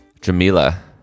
jamila